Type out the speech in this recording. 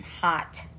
hot